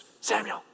Samuel